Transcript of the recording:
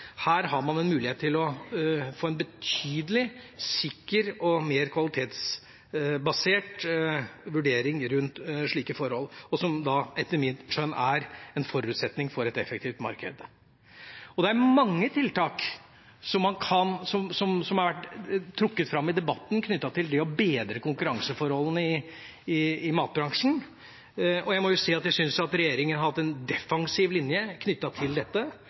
Her har man en mulighet til å få en betydelig sikker og mer kvalitetsbasert vurdering av slike forhold, noe som etter mitt skjønn er en forutsetning for et effektivt marked. Det er mange tiltak som har vært trukket fram i debatten om det å bedre konkurranseforholdene i matbransjen. Jeg må si at jeg syns at regjeringen har hatt en defensiv linje knyttet til dette,